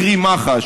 קרי מח"ש,